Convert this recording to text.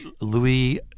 Louis